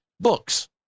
books